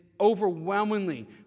overwhelmingly